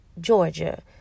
Georgia